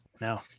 No